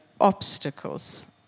obstacles